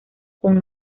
con